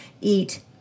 eat